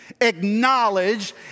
acknowledge